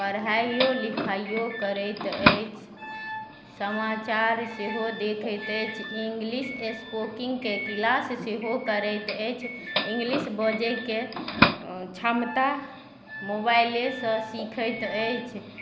पढ़ाइयो लिखाइयो करैत अछि समाचार सेहो देखैत अछि इंग्लिश स्पोकिंगके क्लास सेहो करैत अछि इंग्लिश बजयके क्षमता मोबाइलेसँ सीखैत अछि